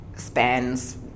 spans